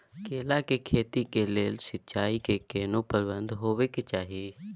केला के खेती के लेल सिंचाई के केहेन प्रबंध होबय के चाही?